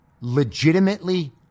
legitimately